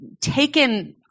taken